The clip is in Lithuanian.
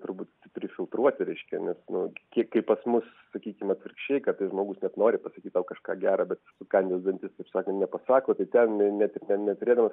turbūt prifiltruoti reiškia nes nu kie kiek pas mus sakykim atvirkščiai kartasi žmogus net nori pasakyt tau kažką gero bet sukandęs dantis taip sakant nepasako tai ten ne net ir ne neturėdamas